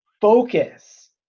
focus